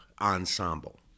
Ensemble